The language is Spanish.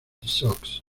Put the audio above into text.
sox